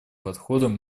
подходом